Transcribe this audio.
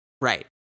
Right